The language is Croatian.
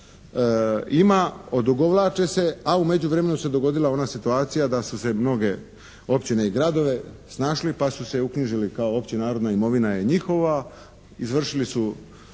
ima, odugovlače se, a u međuvremenu se dogodila ona situacija da su se mnoge općine i gradove snašli pa su se uknjižili kao općenarodna imovina je njihova, izvršili su